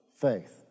faith